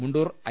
Mundur I